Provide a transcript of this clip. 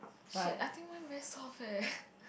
shit I think mine very soft eh